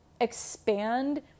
expand